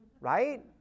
right